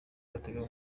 batega